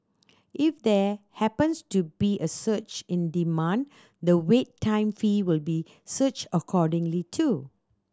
if there happens to be a surge in demand the wait time fee will be surge accordingly too